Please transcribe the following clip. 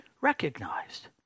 recognized